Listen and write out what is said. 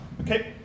Okay